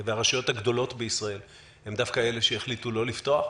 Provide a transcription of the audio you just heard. והרשויות הגדולות בישראל הן דווקא אלה שהחליטו לא לפתוח,